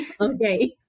Okay